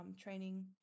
training